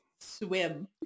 swim